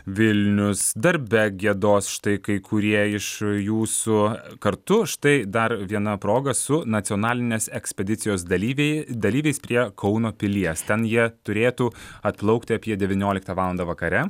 vilnius darbe giedos štai kai kurie iš jūsų kartu štai dar viena proga su nacionalinės ekspedicijos dalyviai dalyviais prie kauno pilies ten jie turėtų atplaukti apie devynioliktą valandą vakare